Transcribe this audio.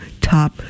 top